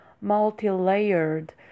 multi-layered